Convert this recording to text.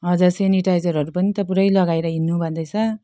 हजुर सेनिटाइजरहरू पनि त पुरै लगाएर हिँड्नु भन्दैछ